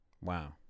Wow